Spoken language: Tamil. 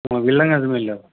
ஆ வில்லங்கம் எதுவுமே இல்லை